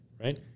right